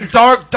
dark